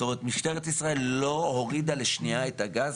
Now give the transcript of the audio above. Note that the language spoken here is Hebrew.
זאת אומרת שמשטרת ישראל לא הורידה את הגז